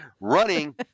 running